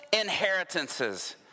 inheritances